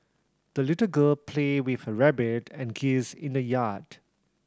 the little girl played with her rabbit and geese in the yard